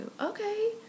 okay